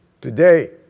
Today